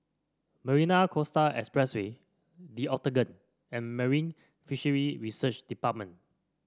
Marina Coastal Expressway The Octagon and Marine Fisheries Research Department